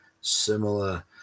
similar